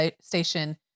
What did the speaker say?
station